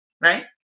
right